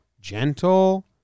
gentle